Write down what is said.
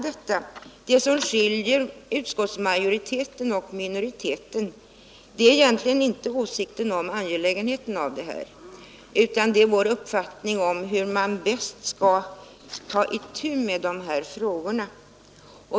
Det som skiljer utskottsmajoriteten och minoriteten det vill jag betona är egentligen inte åsikten om angelägenheten av de här åtgärderna, utan det är vår uppfattning om hur man bäst skall ta itu med de här frågorna.